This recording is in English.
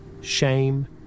shame